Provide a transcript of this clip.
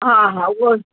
हा हा उहो